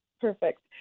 Perfect